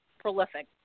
prolific